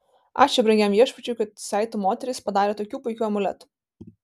ačiū brangiam viešpačiui kad saitu moterys padarė tokių puikių amuletų